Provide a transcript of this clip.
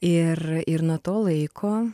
ir ir nuo to laiko